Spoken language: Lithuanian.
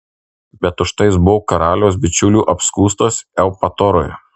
bet už tai jis buvo karaliaus bičiulių apskųstas eupatorui